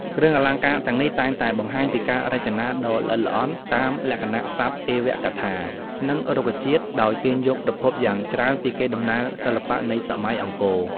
គ្រឿងអលង្ការទាំងនេះតែងតែបង្ហាញពីការរចនាដ៏ល្អិតល្អន់តាមលក្ខណ:សត្វទេវកថា និងរុក្ខជាតិ ដោយទាញយកប្រភពយ៉ាងច្រើនពីកេរដំណែលសិល្បៈនៃសម័យអង្គរ។